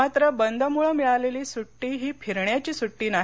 मात्र बंदमुळं मिळालेली सुट्टी ही फिरण्याची सूट्टी नाही